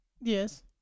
Yes